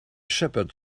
shepherd